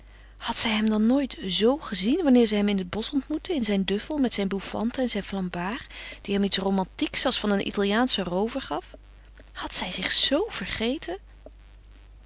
had zij hem dan nooit z gezien wanneer zij hem in het bosch ontmoette in zijn duffel met zijn bouffante en zijn flambard die hem iets romantieks als van een italiaanschen roover gaf had zij zich zoo vergeten